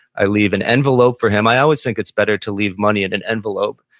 i leave an envelope for him. i always think it's better to leave money in an envelope.